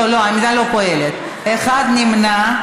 אחד נמנע.